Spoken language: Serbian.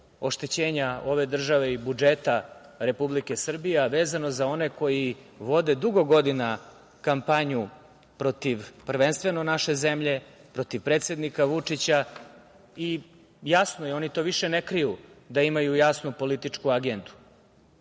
oštećenja ove države i budžeta Republike Srbije, a vezano za one koji ovde dugo godina kampanju protiv, prvenstveno naše zemlje, protiv predsednika Vučića. Jasno je, oni to više ne kriju, da imaju jasnu političku agendu.